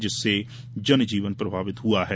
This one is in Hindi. जिससे जनजीवन प्रभावित हुआ है